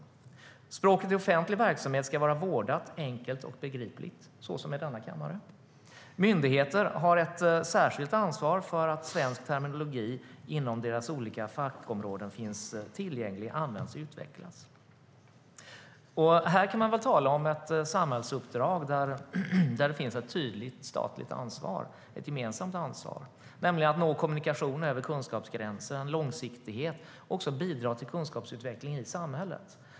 Det står att "språket i offentlig verksamhet ska vara vårdat, enkelt och begripligt" - som i denna kammare - och att "myndigheter har ett särskilt ansvar för att svensk terminologi inom deras olika fackområden finns tillgänglig, används och utvecklas".Här kan man väl tala om ett samhällsuppdrag där det finns ett tydligt statligt och gemensamt ansvar, nämligen att nå kommunikation över kunskapsgränser och långsiktighet samt bidra till kunskapsutvecklingen i samhället.